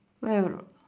where